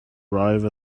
arrive